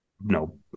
No